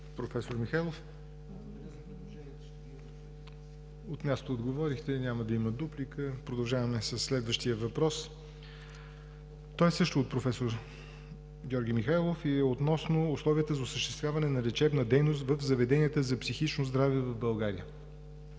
ЯВОР НОТЕВ: От място отговорихте, няма да има дуплика. Продължаваме със следващия въпрос. Той също е от професор Георги Михайлов относно условията за осъществяване на лечебна дейност в заведенията за психично здраве в България.